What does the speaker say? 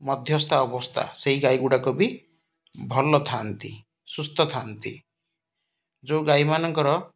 ମଧ୍ୟସ୍ଥା ଅବସ୍ଥା ସେଇ ଗାଈ ଗୁଡ଼ାକ ବି ଭଲ ଥାଆନ୍ତି ସୁସ୍ଥ ଥାଆନ୍ତି ଯେଉଁ ଗାଈମାନଙ୍କର